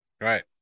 Right